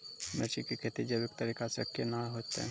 मिर्ची की खेती जैविक तरीका से के ना होते?